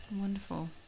Wonderful